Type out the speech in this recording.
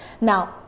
Now